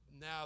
Now